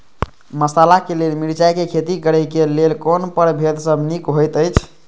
मसाला के लेल मिरचाई के खेती करे क लेल कोन परभेद सब निक होयत अछि?